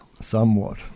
Somewhat